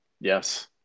Yes